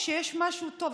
כשיש משהו טוב,